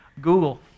Google